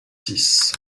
six